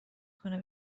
کنه